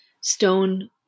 stone